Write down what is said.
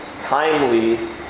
timely